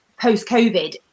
post-COVID